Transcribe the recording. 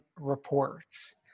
reports